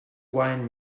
wine